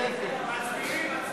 כן, כן.